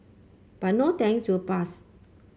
but no thanks we'll pass